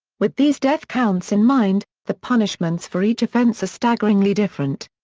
with these death counts in mind, the punishments for each offense are staggeringly different.